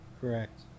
correct